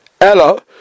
Ella